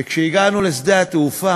וכשהגענו לשדה-התעופה,